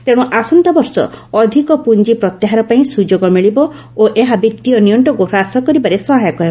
ତେଣୁ ଆସନ୍ତାବର୍ଷ ଅଧିକ ପୁଞ୍ଜି ପ୍ରତ୍ୟାହାର ପାଇଁ ସୁଯୋଗ ମିଳିବ ଓ ଏହା ବିଭୀୟ ନିଅଙ୍କକୁ ହ୍ରାସ କରିବାରେ ସହାୟକ ହେବ